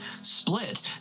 split